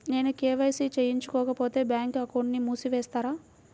నేను కే.వై.సి చేయించుకోకపోతే బ్యాంక్ అకౌంట్ను మూసివేస్తారా?